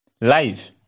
live